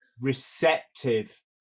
receptive